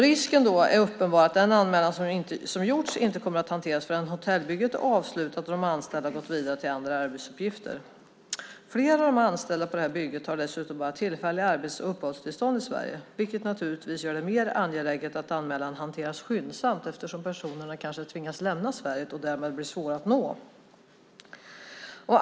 Risken är uppenbar att den anmälan som gjorts inte kommer att hanteras förrän hotellbygget är avslutat och de anställda gått vidare till andra arbetsuppgifter. Flera av de anställda på bygget har dessutom bara tillfälliga arbets och uppehållstillstånd i Sverige, vilket naturligtvis gör det mer angeläget att anmälan hanteras skyndsamt eftersom personerna kanske tvingas lämna Sverige och därmed blir svåra att nå.